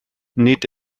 nid